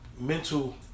mental